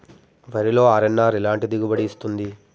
వరిలో అర్.ఎన్.ఆర్ ఎలాంటి దిగుబడి ఇస్తుంది?